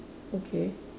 okay